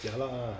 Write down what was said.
jialat ah